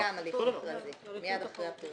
גם הליך מכרזי מייד אחרי הפרסום.